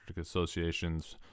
Association's